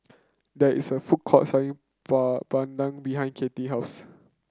there is a food court selling Papadum behind Kathy house